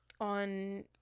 on